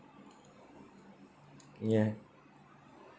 ya